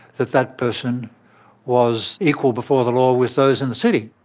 that that person was equal before the law with those in the city.